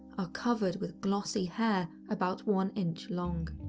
are covered with glossy hair about one inch long.